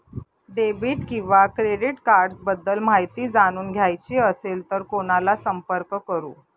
Debit किंवा credit cards बद्दल माहिती जाणून घ्यायची असेल तर कोणाला संपर्क करु?